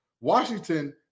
Washington